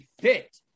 fit